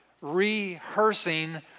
rehearsing